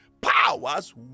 powers